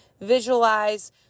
visualize